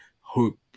hope